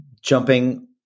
jumping